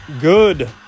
good